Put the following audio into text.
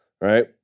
right